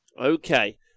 Okay